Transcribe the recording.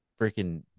freaking